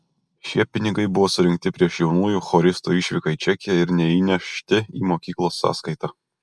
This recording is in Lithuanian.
šie pinigai buvo surinkti prieš jaunųjų choristų išvyką į čekiją ir neįnešti į mokyklos sąskaitą